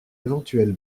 éventuelle